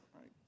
right